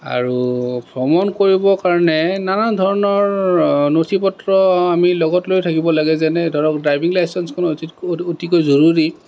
আৰু ভ্ৰমণ কৰিবৰ কাৰণে নানা ধৰণৰ নথি পত্ৰ আমি লগত লৈ থাকিব লাগে যেনে ধৰক ড্ৰাইভিং লাইচেঞ্চখন অতিকৈ জৰুৰী